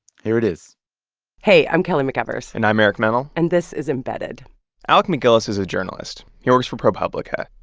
here it is hey. i'm kelly mcevers and i'm eric mennel and this is embedded alec macgillis is a journalist. he works for propublica.